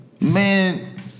Man